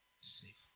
safe